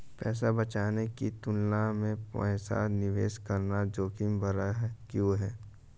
पैसा बचाने की तुलना में पैसा निवेश करना जोखिम भरा क्यों है?